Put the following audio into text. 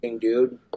Dude